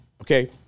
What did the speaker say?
okay